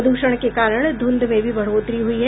प्रद्षण के कारण ध्रंध में भी बढ़ोतरी हुई है